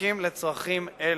מספיקים לצרכים אלו.